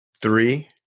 Three